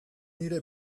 nire